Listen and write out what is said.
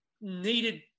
needed